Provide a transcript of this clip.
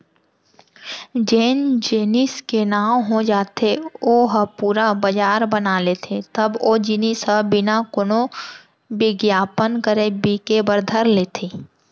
जेन जेनिस के नांव हो जाथे ओ ह पुरा बजार बना लेथे तब ओ जिनिस ह बिना कोनो बिग्यापन करे बिके बर धर लेथे